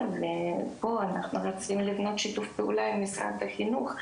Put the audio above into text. ופה אנחנו רוצים לבנות שיתוף פעולה עם משרד החינוך,